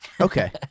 Okay